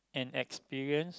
an experience